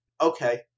Okay